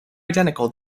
identical